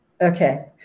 Okay